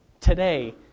today